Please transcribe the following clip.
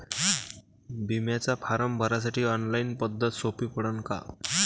बिम्याचा फारम भरासाठी ऑनलाईन पद्धत सोपी पडन का?